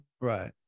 right